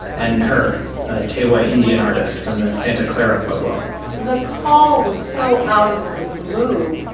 and her a tewa indian artist from the santa clara pueblo the call was so out of the blue.